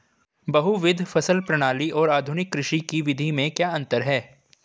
बहुविध फसल प्रणाली और आधुनिक कृषि की विधि में क्या अंतर है?